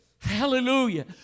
Hallelujah